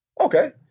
Okay